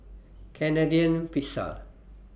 Canadian Pizza